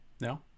No